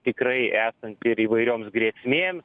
tikrai esant ir įvairioms grėsmėms